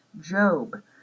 Job